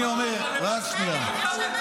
אתה הנזק הכי גדול.